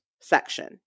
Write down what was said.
section